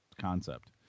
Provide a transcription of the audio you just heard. concept